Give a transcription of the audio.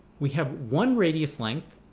we have one radius length.